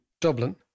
Dublin